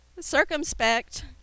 Circumspect